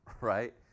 right